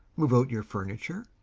move out your furniture,